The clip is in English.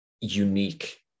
unique